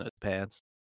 pants